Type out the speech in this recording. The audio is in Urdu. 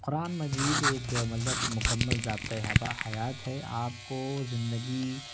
قرآن مجید ایک مطلب مکمل ضابطۂ حیات ہے آپ کو زندگی